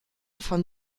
von